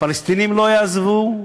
הפלסטינים לא יעזבו,